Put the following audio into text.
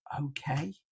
okay